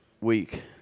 week